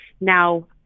Now